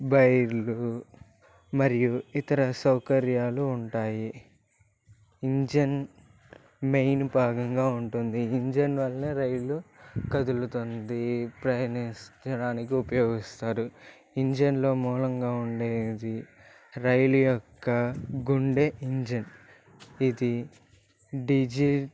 బైళ్ళు మరియు ఇతర సౌకర్యాలు ఉంటాయి ఇంజన్ మెయిన్ భాగంగా ఉంటుంది ఇంజన్ వల్లే రైలు కదులుతోంది ప్రయాణించడానికి ఉపయోగిస్తారు ఇంజన్లో మూలంగా ఉండేది రైలు యొక్క గుండె ఇంజన్ ఇది డీజిల్